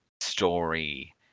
story